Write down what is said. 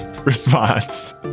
response